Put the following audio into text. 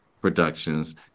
productions